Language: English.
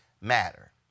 matter